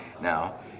now